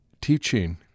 teaching